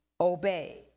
obey